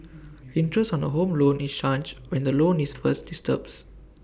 interest on A home loan is charged when the loan is first disbursed